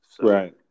Right